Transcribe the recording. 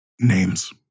Names